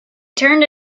turned